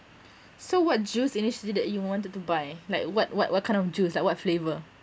so what juice initially that you wanted to buy like what what what kind of juice like what flavour